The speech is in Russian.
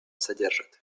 содержит